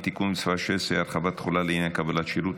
(תיקון מס' 16) (הרחבת תחולה לעניין קבלן שירות),